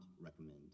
recommend